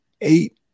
eight